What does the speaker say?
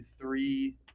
three